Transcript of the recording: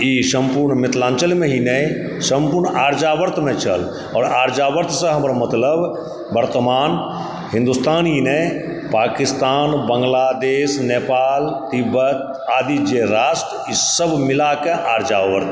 ई सम्पूर्ण मिथिलाञ्चलमे ही नहि सम्पूर्ण आर्यावर्तमे छल आओर आर्यावर्तसंँ हमर मतलब वर्तमान हिंदुस्तान ही नहि पाकिस्तान बंगलादेश नेपाल तिब्बत आदि जे राष्ट्र ईसब मिलाके आर्यावर्त